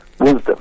wisdom